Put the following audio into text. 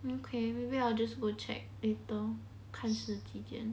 okay maybe I'll just go check later 看是几点